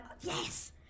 yes